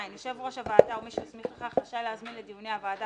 יושב ראש הוועדה או מי שהסמיך לכך רשאי להזמין לדיוני הוועדה